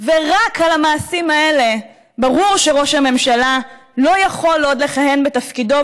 רק על המעשים האלה ברור שראש הממשלה לא יכול עוד לכהן בתפקידו,